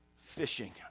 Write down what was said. fishing